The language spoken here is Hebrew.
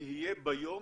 תהיה ביום